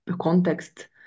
context